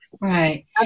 Right